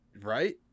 Right